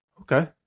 Okay